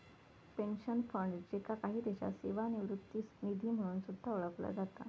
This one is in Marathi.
पेन्शन फंड, ज्याका काही देशांत सेवानिवृत्ती निधी म्हणून सुद्धा ओळखला जाता